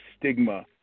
stigma